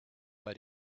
but